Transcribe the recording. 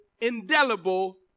indelible